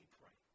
pray